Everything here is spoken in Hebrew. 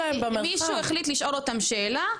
מישהו החליט לשאול אותם שאלה,